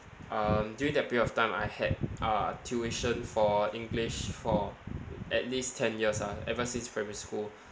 um during that period of time I had uh tuition for english for at least ten years ah ever since primary school